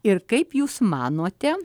ir kaip jūs manote